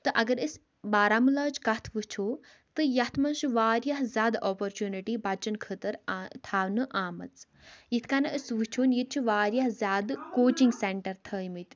تہٕ اگر أسۍ بارہمولہٕچ کَتھ وٕچھو تہٕ یَتھ منٛز چھِ واریاہ زیادٕ اوپَرچونِٹی بَچَن خٲطٕر تھاونہٕ آمٕژ یِتھ کَن أسۍ وٕچھو ییٚتہِ چھِ واریاہ زیادٕ کوچِنٛگ سٮ۪نٹَر تھٲیمٕتۍ